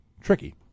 tricky